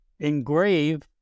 engrave